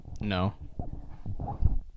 No